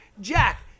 Jack